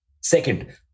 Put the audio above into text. Second